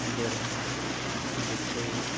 दोरों दङ बेखौ